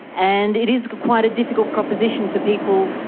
and it is quite a difficult proposition for people,